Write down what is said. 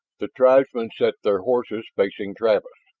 the tribesmen sat their horses, facing travis,